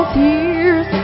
tears